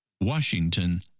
Washington